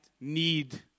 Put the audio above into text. need